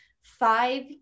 five